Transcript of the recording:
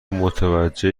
متوجه